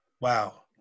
Wow